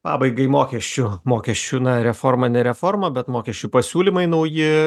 pabaigai mokesčių mokesčių na reforma ne reforma bet mokesčių pasiūlymai nauji